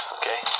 okay